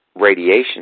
radiation